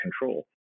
control